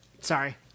Sorry